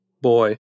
boy